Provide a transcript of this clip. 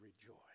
rejoice